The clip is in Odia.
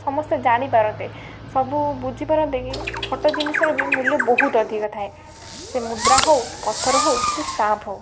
ସମସ୍ତେ ଜାଣି ପାରନ୍ତେ ସବୁ ବୁଝିପାରନ୍ତେ କି ଛୋଟ ଜିନିଷର ବି ମୂଲ୍ୟ ବହୁତ ଅଧିକା ଥାଏ ସେ ମୁଦ୍ରା ହଉ ପଥର ହଉ କି ଷ୍ଟାମ୍ପ ହଉ